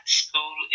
school